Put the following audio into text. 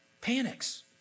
panics